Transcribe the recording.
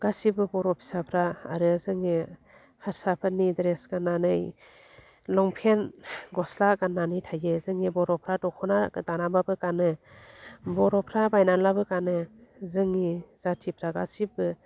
गासिब्बो बर' फिसाफ्रा आरो जोंनि हारसाफोरनि ड्रेस गान्नानै लंपेन्ट गस्ला गान्नानै थायो जोंनि बर'फ्रा दख'ना दाना बाबो गानो बर'फ्रा बायनालाबो गानो जोंनि जाथिफ्रा गासिबबो